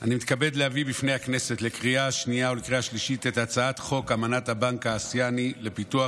אני מתכבד להביא בפני הכנסת את הצעת חוק אמנת הבנק האסייני לפיתוח,